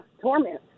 torment